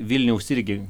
vilniaus irgi